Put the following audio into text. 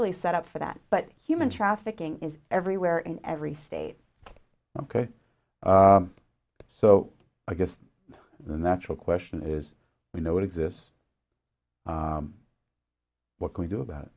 really set up for that but human trafficking is everywhere in every state ok so i guess the natural question is you know what exists what can we do about